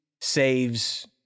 saves